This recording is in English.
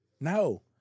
no